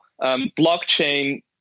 blockchain